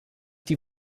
die